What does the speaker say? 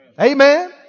Amen